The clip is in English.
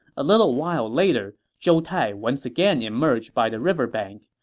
a little while later, zhou tai once again emerged by the river bank,